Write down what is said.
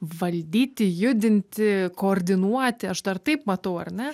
valdyti judinti koordinuoti aš dar taip matau ar ne